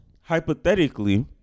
Hypothetically